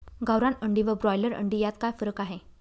गावरान अंडी व ब्रॉयलर अंडी यात काय फरक आहे?